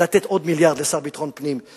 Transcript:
לתת עוד מיליארד לשר לביטחון הפנים,